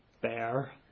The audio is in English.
bear